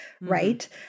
right